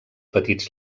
petits